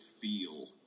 feel